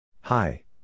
Hi